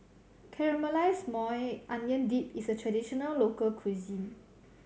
Caramelize Maui Onion Dip is a traditional local cuisine